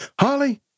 Holly